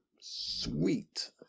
Sweet